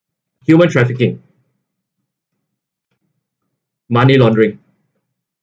human trafficking money laundering